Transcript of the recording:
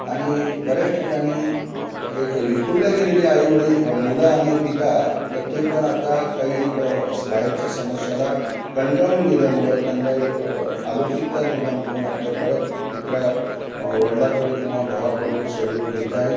आणि बऱ्याच ठिकाणी एक विखुरले गेलेली आईवडील मुलं आणि पिता तर ते पण आता काही एक बाहेरच्या समस्येला कंटाळून गेल्यामुळं त्यांला एक अलौकिकता निर्माण करून आपल्या परत पित्रा वडिलाकडं किंवा भावाकडून सहयोग घेत आहेत